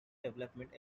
development